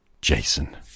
Jason